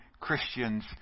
Christians